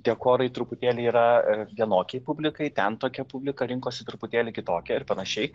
dekorai truputėlį yra vienokiai publikai ten tokia publika rinkosi truputėlį kitokia ir panašiai